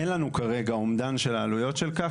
אין לנו כרגע אומדן של העלויות של כך.